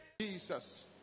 Jesus